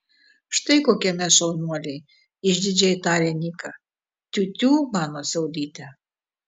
štai kokie mes šaunuoliai išdidžiai tarė niką tiutiū mano saulyte